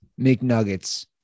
McNuggets